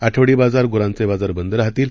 आठवडी बाजार गुरांचे बाजार बंद राहतील